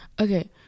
Okay